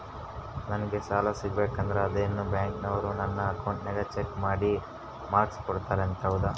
ನಂಗೆ ಸಾಲ ಸಿಗಬೇಕಂದರ ಅದೇನೋ ಬ್ಯಾಂಕನವರು ನನ್ನ ಅಕೌಂಟನ್ನ ಚೆಕ್ ಮಾಡಿ ಮಾರ್ಕ್ಸ್ ಕೋಡ್ತಾರಂತೆ ಹೌದಾ?